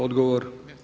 Odgovor?